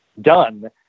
done